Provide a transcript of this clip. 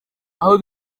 aho